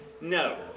No